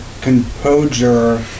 composure